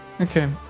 Okay